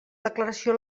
declaració